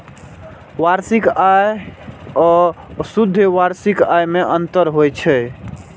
वार्षिक आय आ शुद्ध वार्षिक आय मे अंतर होइ छै